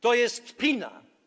To jest kpina.